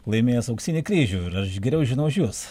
laimėjęs auksinį kryžių ir aš geriau žinau už jus